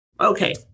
Okay